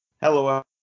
Hello